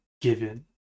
given